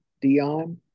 Dion